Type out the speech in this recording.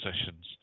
sessions